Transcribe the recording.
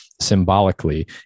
symbolically